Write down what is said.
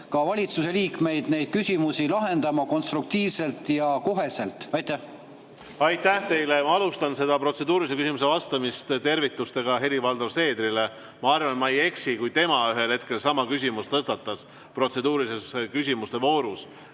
ka valitsusliikmeid neid küsimusi lahendama konstruktiivselt ja koheselt. Aitäh teile! Alustan seda protseduurilise küsimuse vastamist tervitustega Helir-Valdor Seederile. Ma arvan, et ma ei eksi, kui [ütlen, et] tema ühel hetkel tõstatas sama küsimuse protseduuriliste küsimuste voorus